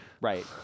right